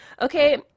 Okay